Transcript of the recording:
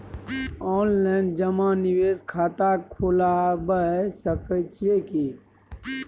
Online जमा निवेश खाता खुलाबय सकै छियै की?